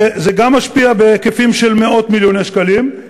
זה גם משפיע בהיקפים של מאות מיליוני שקלים.